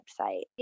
website